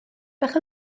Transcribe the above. bach